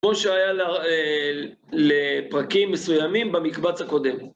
כמו שהיה לפרקים מסוימים במקבץ הקודם.